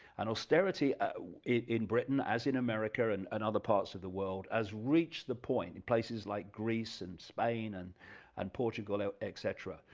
and austerity in britain as in america and and other parts of the world as reached the point in places like greece and spain and and portugal, ah etc,